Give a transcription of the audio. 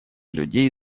людей